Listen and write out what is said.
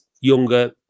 younger